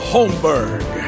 Holmberg